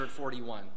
141